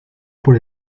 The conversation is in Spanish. por